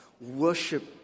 worship